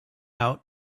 out